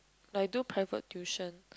like do private tuition